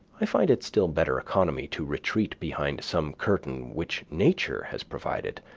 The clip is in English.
i find it still better economy to retreat behind some curtain which nature has provided,